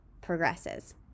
progresses